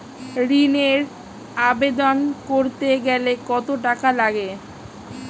ঋণের আবেদন করতে গেলে কত টাকা লাগে?